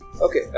Okay